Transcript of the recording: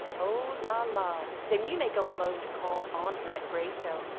oh! la, la! then you may go alone to call on her at graystone,